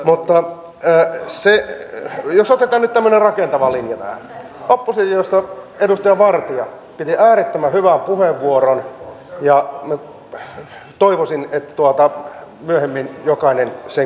mutta jos otetaan nyt tämmöinen rakentava linja tähän oppositiosta edustaja vartia käytti äärettömän hyvän puheenvuoron ja toivoisin että myöhemmin jokainen sen kuuntelisi